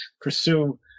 pursue